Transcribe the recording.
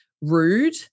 rude